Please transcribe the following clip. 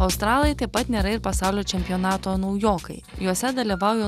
australai taip pat nėra ir pasaulio čempionato naujokai juose dalyvauja